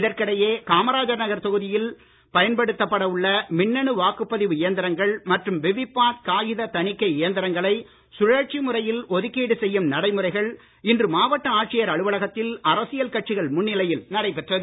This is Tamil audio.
இதற்கிடையே காமராஜர் நகர் தொகுதியில் பயன்படுத்தப்பட உள்ள மின்னணு வாக்குப்பதிவு இயந்திரங்கள் மற்றும் விவி பேட் காகித தணிக்கை இயந்திரங்களை சுழற்சி முறையில் ஒதுக்கீடு செய்யும் நடைமுறைகள் இன்று மாவட்ட ஆட்சியர் அலுவலகத்தில் அரசியல் கட்சிகள் முன்னிலையில் நடைபெற்றது